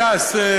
ש"ס,